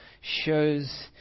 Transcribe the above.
shows